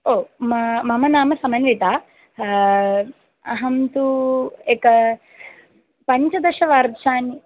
ओ म मम नाम समन्विता अहं तु एक पञ्चदशवर्षाणि